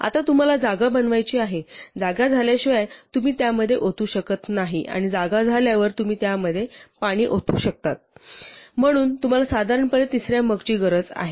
आता तुम्हाला जागा बनवायची आहे जागा झाल्याशिवाय तुम्ही त्यामध्ये ओतू शकत नाही आणि जागा झाल्यावर तुम्ही त्यामध्ये ओतू शकत नाही म्हणून तुम्हाला साधारणपणे तिसऱ्या मगची गरज आहे